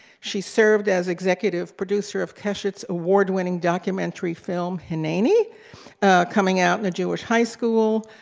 she served as executive producer of keshet's award-winning documentary film hineini coming out in a jewish high school.